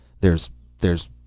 There's—there's